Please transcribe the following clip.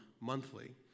monthly